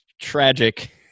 tragic